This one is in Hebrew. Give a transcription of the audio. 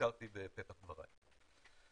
שהזכרתי בפתח דבריי.